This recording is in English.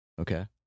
Okay